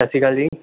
ਸਤਿ ਸ਼੍ਰੀ ਅਕਾਲ ਜੀ